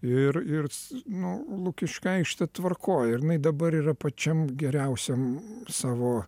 ir ir nu lukiškių aikštė tvarkoj ir jinai dabar yra pačiam geriausiam savo